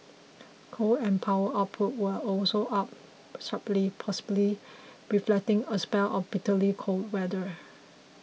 coal and power output were also up sharply possibly reflecting a spell of bitterly cold weather